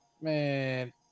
Man